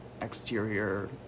exterior